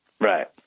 Right